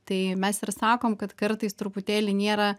tai mes ir sakom kad kartais truputėlį nėra